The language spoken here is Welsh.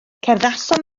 cerddasom